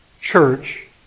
church